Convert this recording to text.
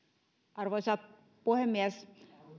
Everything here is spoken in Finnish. arvoisa puhemies